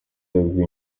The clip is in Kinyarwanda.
yabwiye